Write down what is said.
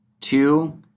Two